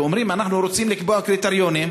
ואומרים: אנחנו רוצים לקבוע קריטריונים,